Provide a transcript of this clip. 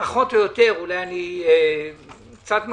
פחות או יותר אולי אני קצת מגזים,